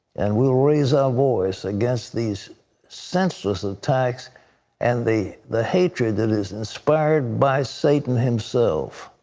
and will raise our voice against these senseless attacks and the the hatred that is inspired by satan himself.